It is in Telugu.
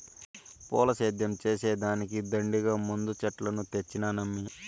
పూల సేద్యం చేసే దానికి దండిగా మందు చెట్లను తెచ్చినానమ్మీ